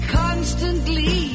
constantly